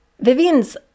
Vivian's